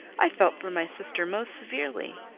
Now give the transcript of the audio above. i felt for my sister most severely.